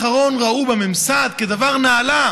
עד היום האחרון ראו בממסד דבר נעלה,